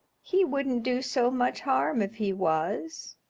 he wouldn't do so much harm if he was.